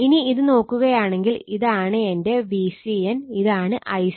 ഇനി ഇത് നോക്കുകയാണെങ്കിൽ ഇതാണ് എന്റെ Vcn ഇതാണ് Ic